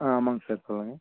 ஆ ஆமாங்க சார் சொல்லுங்கள்